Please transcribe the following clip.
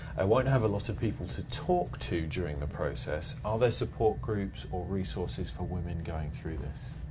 i won't have a lot of people to talk to during the process. are there support groups or resources for women going through this?